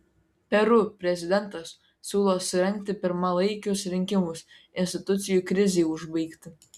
peru prezidentas siūlo surengti pirmalaikius rinkimus institucijų krizei užbaigti